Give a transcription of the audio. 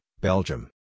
Belgium